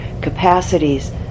capacities